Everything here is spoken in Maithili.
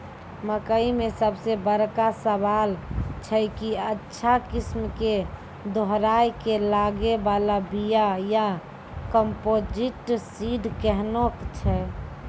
मकई मे सबसे बड़का सवाल छैय कि अच्छा किस्म के दोहराय के लागे वाला बिया या कम्पोजिट सीड कैहनो छैय?